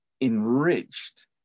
enriched